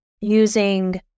using